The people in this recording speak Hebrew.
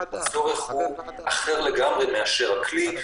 הצורך הוא אחר לגמרי מאשר הכלי.